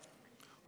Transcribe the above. דבר,